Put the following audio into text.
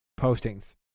postings